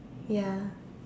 ya